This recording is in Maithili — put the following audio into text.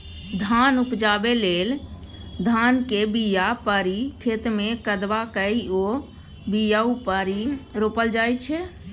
धान उपजाबै लेल धानक बीया पारि खेतमे कदबा कए ओ बीया उपारि रोपल जाइ छै